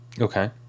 Okay